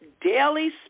Daily